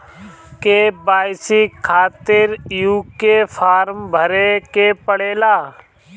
KYC खातिर क्यूं form भरे के पड़ेला?